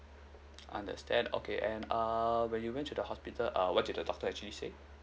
understand okay and err when you went to the hospital uh what did the doctor actually said